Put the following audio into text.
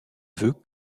veux